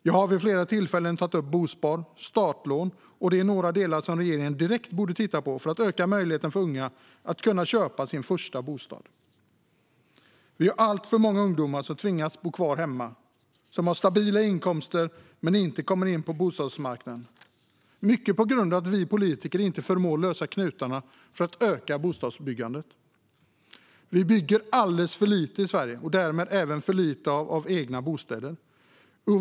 Jag har vid flera tillfällen tagit upp Bospar och startlån, något som regeringen direkt borde titta på för att öka möjligheten för unga att köpa sin första bostad. Vi har alltför många ungdomar som tvingas bo kvar hemma, som har stabila inkomster men inte kommer in på bostadsmarknaden, mycket på grund av att vi politiker inte förmår lösa knutarna för att öka bostadsbyggandet. Vi bygger alldeles för lite i Sverige och därmed även för lite av egna bostäder.